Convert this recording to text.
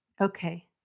Okay